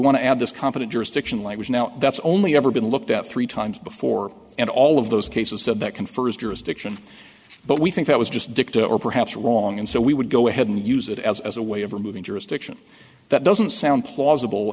want to add this competent jurisdiction language now that's only ever been looked at three times before and all of those cases said that confers jurisdiction but we think that was just dicta or perhaps wrong and so we would go ahead and use it as a way of removing jurisdiction that doesn't sound plausible